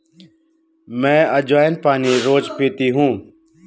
मैं अज्वाइन पानी रोज़ पीती हूँ